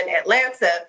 Atlanta